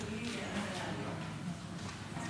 כבוד היו"ר, כנסת נכבדה, היום אנחנו